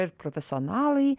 ir profesionalai